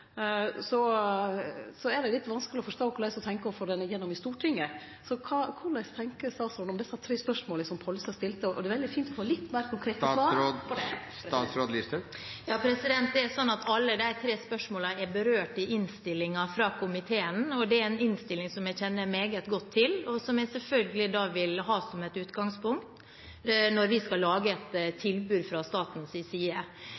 så er det litt vanskeleg å forstå korleis ho tenkjer å få avtalen igjennom i Stortinget. Korleis tenkjer statsråden om dei tre spørsmåla som Pollestad stilte? Det hadde vore fint å få litt meir konkrete svar på det. Alle de tre spørsmålene er berørt i innstillingen fra komiteen. Det er en innstilling som jeg kjenner meget godt til, og som jeg selvfølgelig vil ha som et utgangspunkt når vi skal lage et tilbud fra statens side.